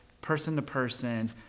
person-to-person